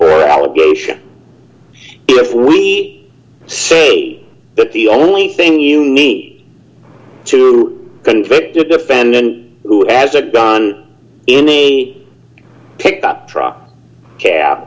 four allegation if we say that the only thing you need to convert the defendant who has a gun in any pickup truck